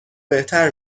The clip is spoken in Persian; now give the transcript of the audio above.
بهتر